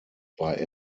bei